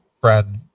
friend